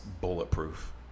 bulletproof